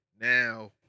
Now